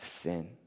sin